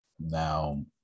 now